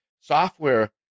software